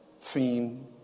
theme